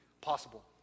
possible